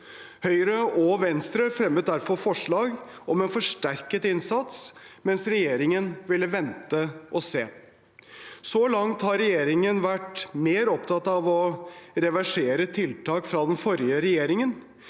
Høyre og Venstre fremmet derfor forslag om en forsterket innsats, mens regjeringen ville vente og se. Så langt har regjeringen vært mer opptatt av å reversere tiltak fra den forrige regjeringen.